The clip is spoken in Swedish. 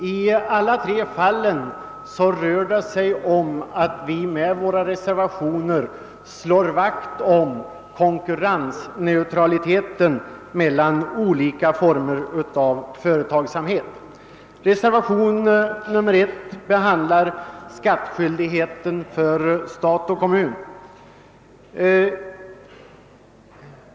I alla tre fallen slår vi vakt om konkurrensneutraliteten meéeltlan olika former av företagsamhet. Reservationen I behandlar skattskyldighet för stat och kommun.